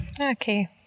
Okay